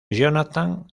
jonathan